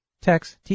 TEXT